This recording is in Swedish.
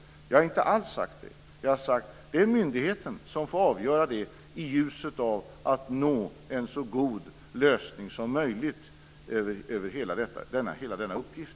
Det har jag inte alls sagt, utan jag har sagt att det är myndigheten som får avgöra det i ljuset av att nå en så god lösning som möjligt av denna uppgift.